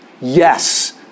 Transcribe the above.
yes